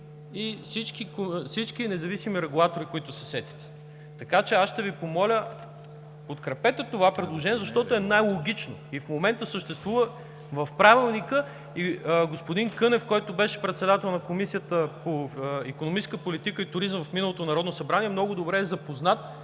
и всички независими регулатори, които се сетите. Ще Ви помоля да подкрепите това предложение, защото е най-логично и в момента съществува в Правилника. Господин Кънев, който беше председател на Комисията по икономическа политика и туризъм в миналото Народно събрание, много добре е запознат